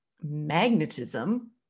magnetism